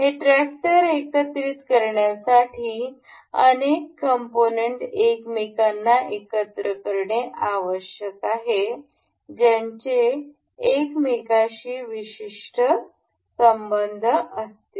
हे ट्रॅक्टर एकत्रित करण्यासाठी अनेक कंपोनेंट एकमेकांना एकत्र करणे आवश्यक आहे ज्याचे एकमेकांशी विशिष्ट संबंध असतील